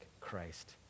Christ